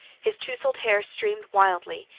his tousled hair streamed wildly,